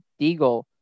Deagle